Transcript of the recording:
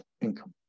income